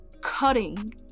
cutting